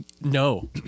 No